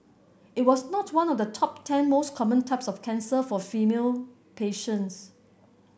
it was not one of the top ten most common types of cancer for female patients